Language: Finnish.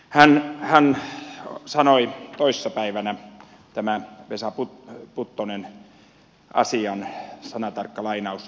hän sanoi toissa päivänä tämä vesa puttonen sanatarkka lainaus